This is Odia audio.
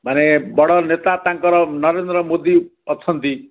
ମାନେ ବଡ଼ ନେତା ତାଙ୍କର ନରେନ୍ଦ୍ର ମୋଦି ଅଛନ୍ତି